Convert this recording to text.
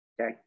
okay